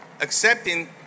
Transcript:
accepting